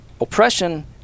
oppression